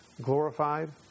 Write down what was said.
glorified